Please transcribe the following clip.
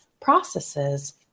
processes